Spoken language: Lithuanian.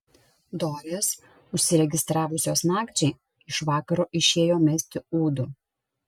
dorės užsiregistravusios nakčiai iš vakaro išėjo mesti ūdų